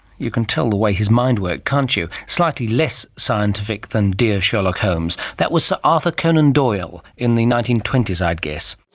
you can tell the way his mind worked, can't you, slightly less scientific then dear sherlock holmes. that was sir arthur conan doyle, in the nineteen twenty s i'd guess.